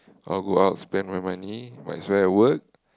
or go out spend my money might as well work